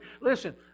Listen